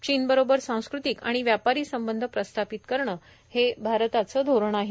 चीनबरोबर सांस्कृतिक आणि व्यापारी संबंध प्रस्थापित करणं हे भारताचं धोरण आहे